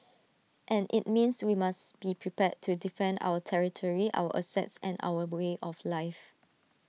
and IT means we must be prepared to defend our territory our assets and our way of life